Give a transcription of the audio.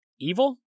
Evil